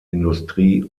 industrie